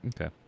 Okay